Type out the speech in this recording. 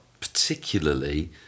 particularly